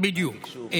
בדיוק.